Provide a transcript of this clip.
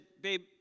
babe